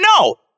no